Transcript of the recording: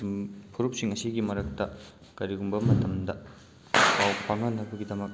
ꯐꯨꯔꯨꯞꯁꯤꯡ ꯑꯁꯤꯒꯤ ꯃꯔꯛꯇ ꯀꯔꯤꯒꯨꯝꯕ ꯃꯇꯝꯗ ꯄꯥꯎ ꯐꯥꯎꯅꯅꯕꯒꯤꯗꯃꯛ